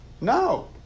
No